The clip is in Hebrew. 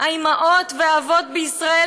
האימהות והאבות בישראל,